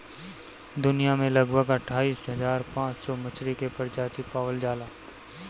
दुनिया में लगभग अट्ठाईस हज़ार पाँच सौ मछरी के प्रजाति पावल जाला